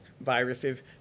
viruses